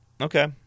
Okay